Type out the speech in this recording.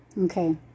Okay